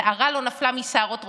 שערה לא נפלה משערות ראשם.